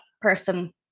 person